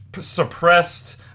suppressed